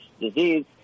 disease